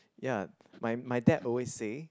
ya my my dad always say